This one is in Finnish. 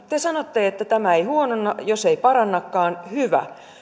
te sanotte että tämä ei huononna jos ei parannakaan hyvä